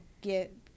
get